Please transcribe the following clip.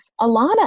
Alana